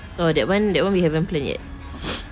oh that [one] that [one] we haven't plan yet